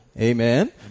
Amen